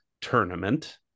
tournament